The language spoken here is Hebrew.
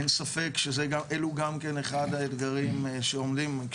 אין ספק שזה גם כן אחד האתגרים שעומדים בפנינו.